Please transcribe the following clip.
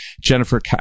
Jennifer